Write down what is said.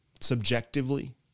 subjectively